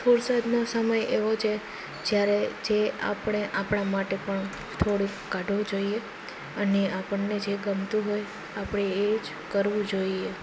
ફુરસદનો સમય એવો છે જ્યારે જે આપણે આપણા માટે પણ થોડુંક કાઢવો જોઈએ અને આપણને જે ગમતું હોય આપણે એ જ કરવું જોઈએ